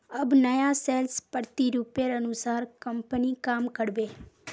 अब नया सेल्स प्रतिरूपेर अनुसार कंपनी काम कर बे